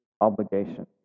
obligation